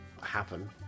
Happen